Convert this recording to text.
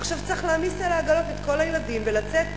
עכשיו צריך להעמיס על העגלות את כל הילדים ולצאת,